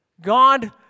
God